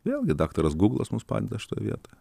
vėlgi daktaras guglas mums padeda šitoj vietoj